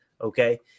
Okay